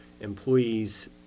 employees